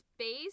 Space